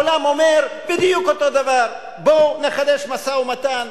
העולם אומר בדיוק אותו דבר: בואו נחדש משא-ומתן